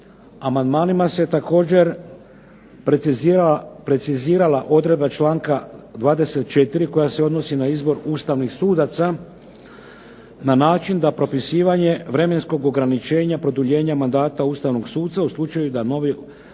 Amandmanima se također precizirala odredba članka 24. koja se odnosi na izbor ustavnih sudaca, na način da propisivanje vremenskog ograničenja produljenja mandata ustavnog suca u slučaju da novi sudac nije